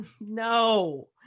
no